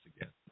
again